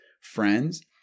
friends